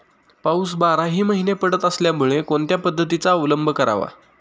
पाऊस बाराही महिने पडत असल्यामुळे कोणत्या पद्धतीचा अवलंब करावा?